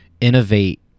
innovate